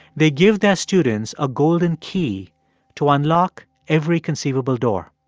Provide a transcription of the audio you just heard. they give their students a golden key to unlock every conceivable door